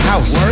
House